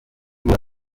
ubu